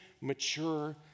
mature